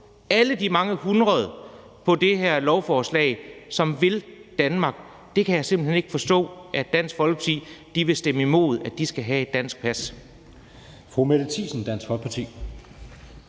alle de mange hundrede på det her lovforslag, som vil Danmark. Jeg kan simpelt hen ikke forstå, at Dansk Folkeparti vil stemme imod, at de skal have et dansk pas.